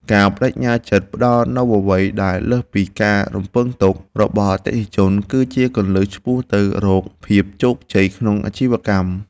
ការប្តេជ្ញាចិត្តផ្តល់នូវអ្វីដែលលើសពីការរំពឹងទុករបស់អតិថិជន គឺជាគន្លឹះឆ្ពោះទៅរកភាពជោគជ័យក្នុងអាជីវកម្ម។